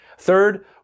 Third